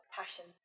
passion